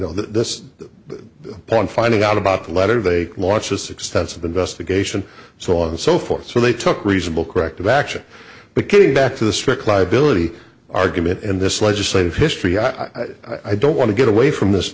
know this point finding out about the letter they launched this extensive investigation so on and so forth so they took reasonable corrective action but getting back to the strict liability argument in this legislative history i don't want to get away from this